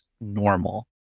normal